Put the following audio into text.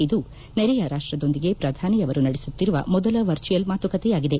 ಇದು ನೆರೆಯ ರಾಷ್ಟದೊಂದಿಗೆ ಪ್ರಧಾನಿ ಅವರು ನಡೆಸುತ್ತಿರುವ ಮೊದಲ ವರ್ಚುವಲ್ ಮಾತುಕತೆಯಾಗಿದೆ